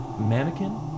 Mannequin